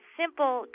simple